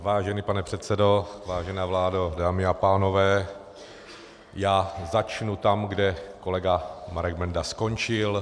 Vážený pane předsedo, vážená vládo, dámy a pánové, já začnu tam, kde kolega Marek Benda skončil.